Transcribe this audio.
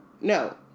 No